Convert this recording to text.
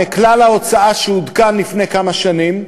מכלל ההוצאה שעודכן לפני כמה שנים,